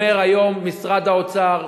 אומר היום משרד האוצר,